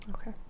okay